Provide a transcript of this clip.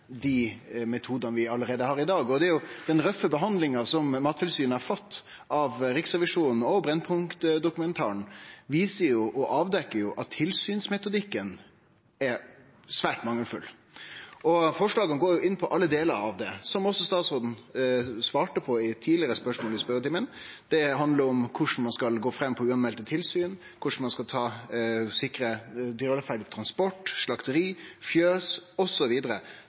metodane vi allereie har i dag. Den røffe behandlinga som Mattilsynet har fått av Riksrevisjonen og Brennpunkt-dokumentaren, viser og avdekkjer at tilsynsmetodikken er svært mangelfull. Forslaga går inn på alle delar av det, som også statsråden svarte på i eit tidlegare spørsmål i spørjetimen. Det handlar om korleis ein skal gå fram ved umelde tilsyn, korleis ein skal sikre dyrevelferda i transport, på slakteri, i fjøs,